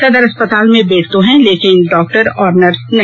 सदर अस्पताल में बेड तो हैं लेकिन डॉक्टर और नर्स नहीं